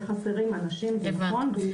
חסרים אנשים, זה נכון.